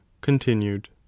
continued